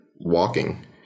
walking